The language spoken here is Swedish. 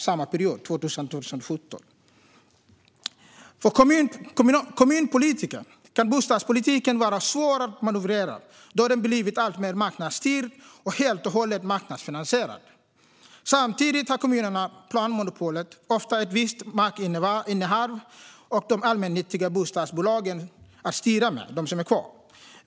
För kommunpolitiker kan bostadspolitiken vara svår att manövrera då den blivit alltmer marknadsstyrd och helt och hållet marknadsfinansierad. Samtidigt har kommunerna planmonopolet, ofta ett visst markinnehav och de allmännyttiga bostadsbolagen att styra med - de som finns kvar.